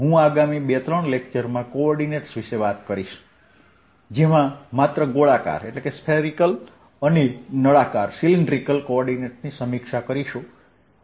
હું આગામી બે ત્રણ લેક્ચરમાં કોઓર્ડિનેટ્સ વિશે વાત કરીશ જેમાં માત્ર ગોળાકાર અને નળાકાર કોઓર્ડિનેટ્સની સમીક્ષા કરીશ